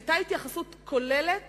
היתה התייחסות כוללת